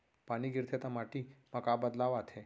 पानी गिरथे ता माटी मा का बदलाव आथे?